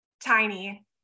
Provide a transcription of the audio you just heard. tiny